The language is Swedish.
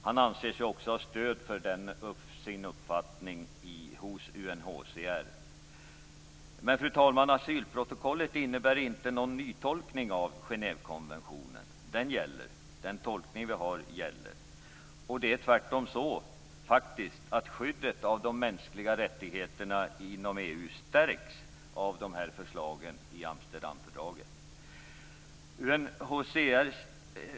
Han anser sig också ha stöd för sin uppfattning hos Men asylprotokollet innebär inte någon nytolkning av Genèvekonventionen, utan den tolkning som vi har gäller. Det är tvärtom så att skyddet av de mänskliga rättigheterna inom EU stärks av förslagen i Amsterdamfördraget.